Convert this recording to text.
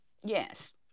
Yes